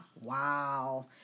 wow